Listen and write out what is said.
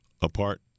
apart